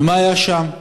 ומה היה שם?